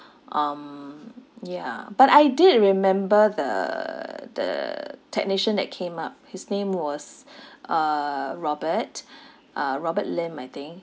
um ya but I did remember the the technician that came up his name was uh robert uh robert lim I think